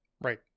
Right